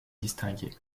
distinguer